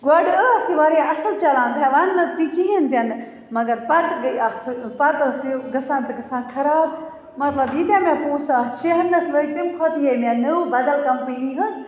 گۄڈٕ ٲسۍ یہِ واریاہ اصٕل چَلان بہٕ وَنہٕ نہٕ تہِ کِہیٖنٛۍ تہِ نہٕ مگر پَتہٕ گٔیہِ اتھ پَتہٕ ٲسۍ یہِ گژھان تہٕ گژھان خَراب مَطلَب ییٖتیٛاہ مےٚ پۅنٛسہٕ اتھ شَیرنَس لٔگۍ تمہِ کھۄتہٕ یِیہِ ہَے مےٚ نٔو بَدَل کمپٔنی ہٕنٛز